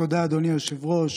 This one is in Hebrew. תודה, אדוני היושב-ראש.